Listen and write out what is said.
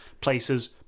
places